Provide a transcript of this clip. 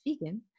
Vegan